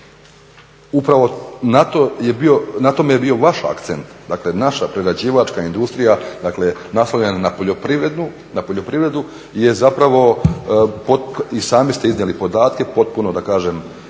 Upravo na tome je bio vaš akcent, dakle naša prerađivačka industrija, dakle naslovljena na poljoprivredu je zapravo i sami ste iznijeli podatke potpuno da kažem